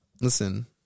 Listen